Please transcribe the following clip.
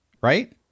right